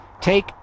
Take